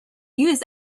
use